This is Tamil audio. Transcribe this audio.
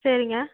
சரிங்க